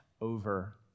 over